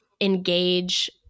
engage